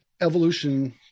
evolution